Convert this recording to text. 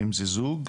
או זוג,